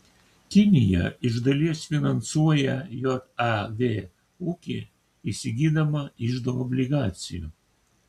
kinija iš dalies finansuoja jav ūkį įsigydama iždo obligacijų